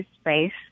space